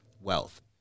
wealth